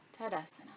Tadasana